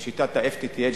בשיטת ה-FTTH,